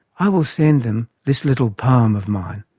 i will send them this little poem of mine.